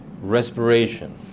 respiration